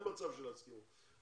אין מצב שלא יסכימו.